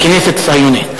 כנסת ציונית.